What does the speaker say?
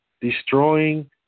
destroying